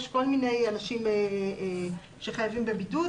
יש כל מיני אנשים שחייבים בבידוד.